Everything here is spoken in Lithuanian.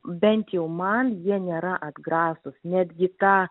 bent jau man jie nėra atgrasūs netgi ta